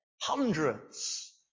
Hundreds